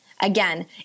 Again